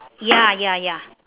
ya ya ya